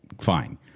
fine